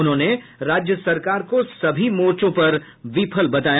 उन्होंने राज्य सरकार को सभी मोर्चो पर विफल बताया